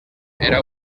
era